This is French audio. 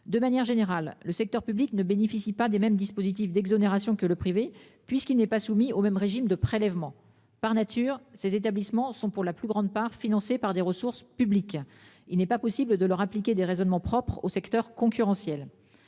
de manière générale, le secteur public ne bénéficient pas des mêmes dispositifs d'exonérations que le privé puisqu'il n'est pas soumis au même régime de prélèvement par nature ces établissements sont pour la plus grande part financé par des ressources publiques. Il n'est pas possible de leur appliquer des raisonnements propre au secteur concurrentiel.